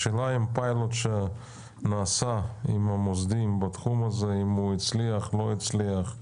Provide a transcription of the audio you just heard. השאלה היא האם הפיילוט שנעשה עם המוסדיים הצליח או לא הצליח,